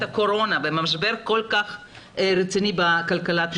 קורונה במשבר כל כך רציני בכלכלת מדינת ישראל.